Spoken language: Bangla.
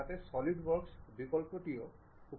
এখনএটি হল স্কোয়ার যা আমি বর্ধিত করতে চাই